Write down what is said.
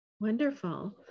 Wonderful